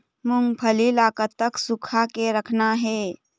मूंगफली ला कतक सूखा के रखना हे?